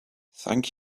thank